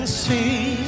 see